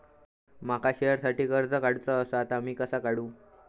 माका शेअरसाठी कर्ज काढूचा असा ता मी कसा काढू?